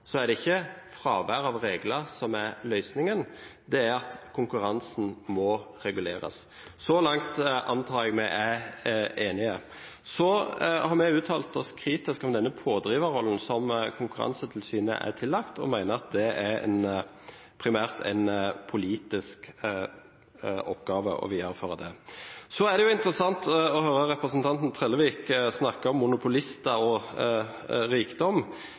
Så langt antar jeg at vi er enige. Så har vi uttalt oss kritisk om denne pådriverrollen som Konkurransetilsynet er tillagt, og mener at det primært er en politisk oppgave å videreføre den. Det er interessant å høre representanten Trellevik snakke om monopolister og rikdom.